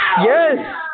Yes